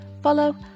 follow